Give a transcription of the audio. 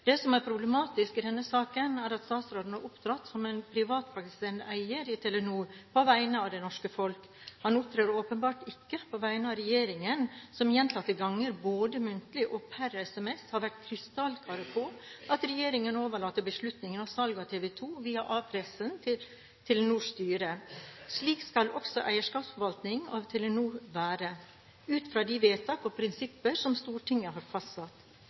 Det som er problematisk i denne saken, er at statsråden har opptrådt som en privatpraktiserende eier i Telenor, på vegne av det norske folk. Han opptrer åpenbart ikke på vegne av regjeringen, som gjentatte ganger både muntlig og per sms har vært krystallklar på at den overlater beslutningen om salg av TV 2 via A-pressen til Telenors styre. Slik skal også eierskapsforvaltningen av Telenor være, ut fra de vedtak og prinsipper som Stortinget har fastsatt.